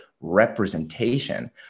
representation